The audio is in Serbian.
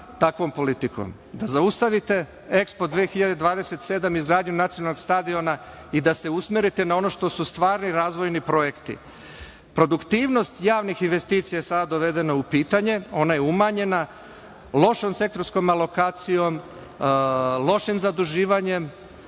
takvom politikom, da zaustavite EKSPO 2027, izgradnju nacionalnog stadiona i da se usmerite na ono što su stvarni razvojni projekti. Produktivnost javnih investicija je sada dovedena u pitanje. Ona je umanjena lošom sektorskom malokacijom, lošim zaduživanjem,